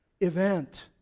event